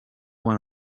one